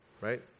right